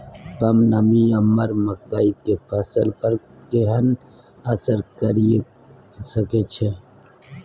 कम नमी हमर मकई के फसल पर केहन असर करिये सकै छै?